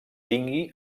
tingui